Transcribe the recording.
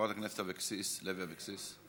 חברת הכנסת לוי אבקסיס,